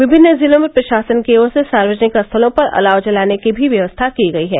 विभिन्न जिलों में प्रशासन की ओर से सार्वजनिक स्थलों पर अलाव जलाने की व्यवस्था की गयी है